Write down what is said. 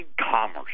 Commerce